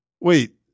wait